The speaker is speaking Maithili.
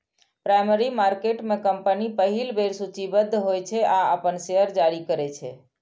प्राइमरी मार्केट में कंपनी पहिल बेर सूचीबद्ध होइ छै आ अपन शेयर जारी करै छै